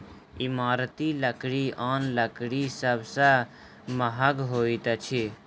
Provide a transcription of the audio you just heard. इमारती लकड़ी आन लकड़ी सभ सॅ महग होइत अछि